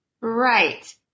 Right